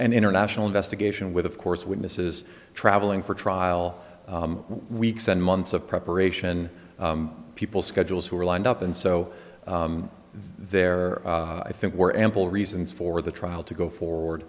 an international investigation with of course witnesses traveling for trial weeks and months of preparation people schedules who were lined up and so there i think were ample reasons for the trial to go forward